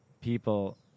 people